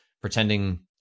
pretending